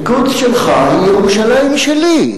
אל-קודס שלך היא ירושלים שלי,